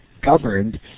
governed